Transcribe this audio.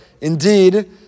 Indeed